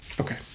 Okay